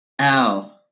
ow